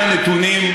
הנתונים,